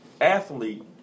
athlete